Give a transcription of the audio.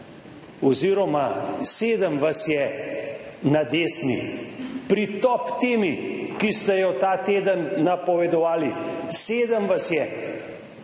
dvorani, sedem vas je na desni pri top temi, ki ste jo ta teden napovedovali! Sedem vas je.